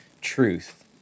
truth